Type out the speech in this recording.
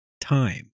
time